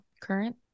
current